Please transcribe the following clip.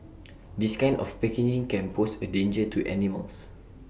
this kind of packaging can pose A danger to animals